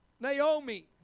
Naomi